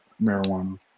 marijuana